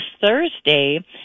Thursday